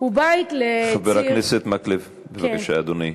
הוא בית לצעירים, חבר הכנסת מקלב, בבקשה, אדוני.